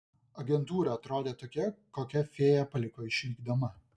agentūra atrodė tokia kokią fėja paliko išvykdama